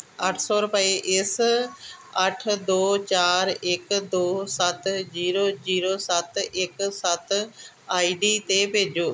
ਅੱਠ ਸੌ ਰੁਪਏ ਇਸ ਅੱਠ ਦੋ ਚਾਰ ਇੱਕ ਜ਼ੀਰੋ ਸੱਤ ਜ਼ੀਰੋ ਜ਼ੀਰੋ ਸੱਤ ਇੱਕ ਸੱਤ ਆਈ ਡੀ ਤੇ ਭੇਜੋ